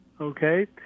Okay